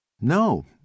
No